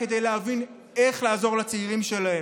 כדי להבין איך לעזור לצעירים שלהם,